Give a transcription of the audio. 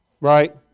Right